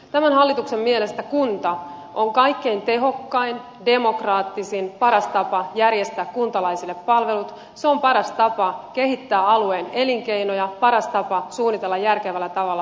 tämän hallituksen mielestä kunta on kaikkein tehokkain demokraattisin paras tapa järjestää kuntalaisille palvelut se on paras tapa kehittää alueen elinkeinoja paras tapa suunnitella järkevällä tavalla maankäyttöä